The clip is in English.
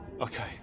Okay